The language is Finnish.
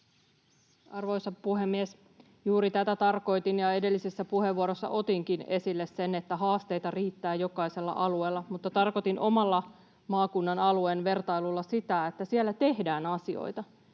Arvoisa puhemies! Juuri tätä tarkoitin ja edellisessä puheenvuorossa otinkin esille sen, että haasteita riittää jokaisella alueella, mutta tarkoitin omalla maakunnan ja alueen vertailullani sitä, että siellä tehdään asioita.